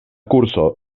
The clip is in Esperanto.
kurso